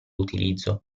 utilizzo